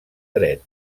dret